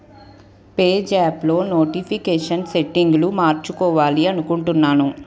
పేజాప్లో notification సెట్టింగులు మార్చుకోవాలి అనుకుంటున్నాను